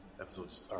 episodes